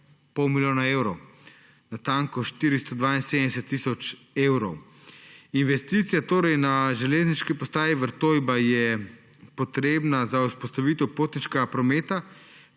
pol milijona evrov, natanko 472 tisoč evrov. Investicija na železniški postaji Vrtojba je potrebna za vzpostavitev potniškega prometa.